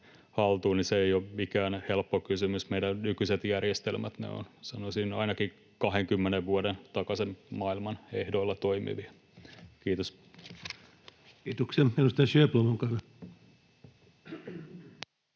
haltuun, ei ole mikään helppo kysymys. Meidän nykyiset järjestelmät ovat, sanoisin, ainakin 20 vuoden takaisen maailman ehdoilla toimivia. — Kiitos.